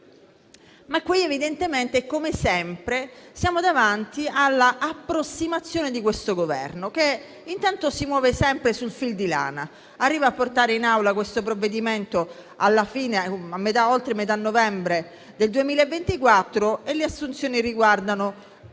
Ma qui, evidentemente e come sempre, siamo davanti all'approssimazione di questo Governo, che intanto si muove sempre sul fil di lana ed arriva a portare in Aula questo provvedimento oltre la metà del mese di novembre del 2024, con le assunzioni da